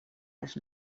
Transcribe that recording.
les